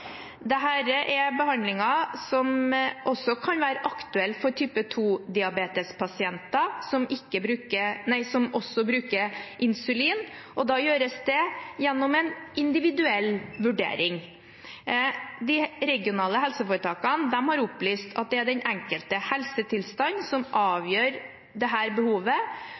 er en behandling som også kan være aktuell for type 2-diabetespasienter som også bruker insulin. Da gjøres det gjennom en individuell vurdering. De regionale helseforetakene har opplyst om at det er den enkelte helsetilstand som avgjør dette behovet. Det